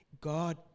God